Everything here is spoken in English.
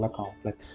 complex